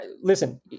Listen